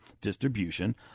distribution